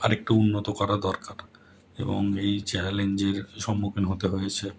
আরেকটু উন্নত করা দরকার এবং এই চ্যালেঞ্জের সম্মুখীন হতে হয়েছে